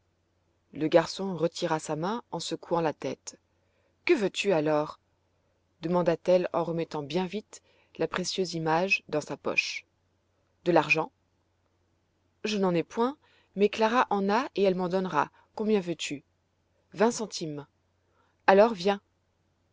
le garçon retira sa main en secouant la tête que veux-tu alors demanda-t-elle en remettant bien vite la précieuse image dans sa poche de l'argent je n'en ai point mais clara en a et elle m'en donnera combien veux-tu vingt centimes alors viens